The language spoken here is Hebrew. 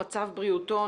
מצב בריאותו,